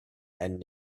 and